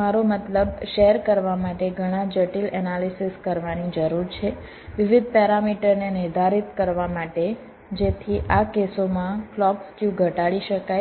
મારો મતલબ શેર કરવા માટે ઘણાં જટિલ એનાલિસિસ કરવાની જરૂર છે વિવિધ પેરામીટરને નિર્ધારિત કરવા માટે જેથી આ કેસોમાં ક્લૉક સ્ક્યુ ઘટાડી શકાય